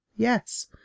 Yes